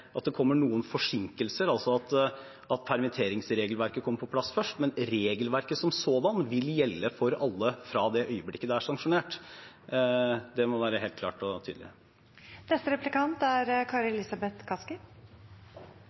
Permitteringsregelverket kommer på plass først, men regelverket som sådant vil gjelde for alle fra det øyeblikket det er sanksjonert. Det må være helt klart og tydelig. Takk for innlegget fra statsråden. Vi er